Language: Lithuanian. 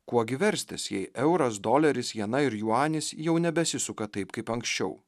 kuo gi verstis jei euras doleris jena ir juanis jau nebesisuka taip kaip anksčiau